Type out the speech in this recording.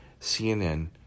CNN